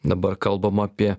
dabar kalbama apie